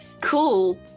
Cool